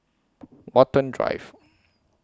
Watten Drive